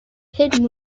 kid